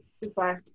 Goodbye